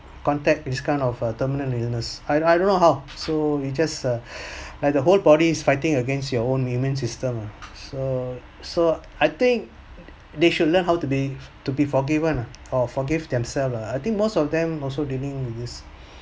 contact is kind of a terminal illness I don't know how so we just uh like the whole body's fighting against your own immune system so so I think they should learn how to be to be forgiven or forgive themself lah I think most of them also during this